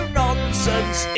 nonsense